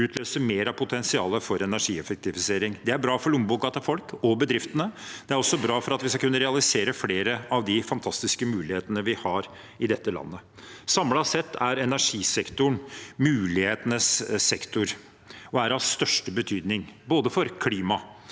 utløse mer av potensialet for energieffektivisering. Det er bra for lommeboka til folk og bedriftene, og det er også bra for at vi skal kunne realisere flere av de fantastiske mulighetene vi har i dette landet. Samlet sett er energisektoren mulighetenes sektor og er av største betydning både for klima,